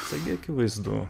taigi akivaizdu